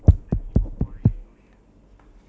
all the aunties uncles all that lah